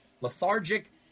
lethargic